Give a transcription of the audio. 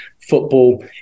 football